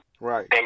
Right